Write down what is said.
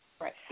Right